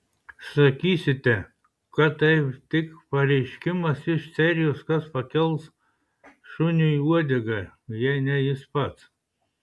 sakysite kad tai tik pareiškimas iš serijos kas pakels šuniui uodegą jei ne jis pats